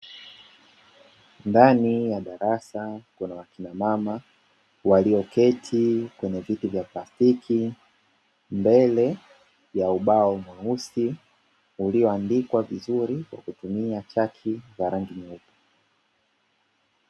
Ndani ya darasa kuna wakina mama walioketi kwenye viti vya plastiki mbele ya ubao mweusi ulioandikwa vizuri kwa kutumia chaki za rangi nyeupe.